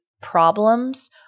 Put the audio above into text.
problems